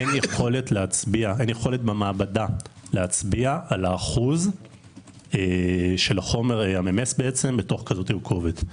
אין יכולת במעבדה להצביע על האחוז של החומר הממס בתוך כזו תרכובת.